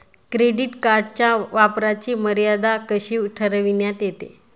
Credit कार्डच्या वापराची मर्यादा कशी ठरविण्यात येते?